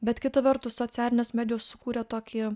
bet kita vertus socialinės medijos sukūrė tokį